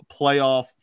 playoff